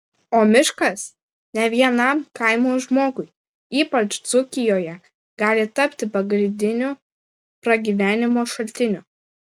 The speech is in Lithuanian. o miškas ne vienam kaimo žmogui ypač dzūkijoje gali tapti pagrindiniu pragyvenimo šaltiniu